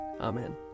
Amen